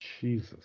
Jesus